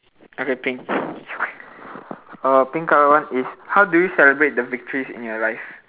okay pink uh pink colour one is how do you celebrate the victories in your life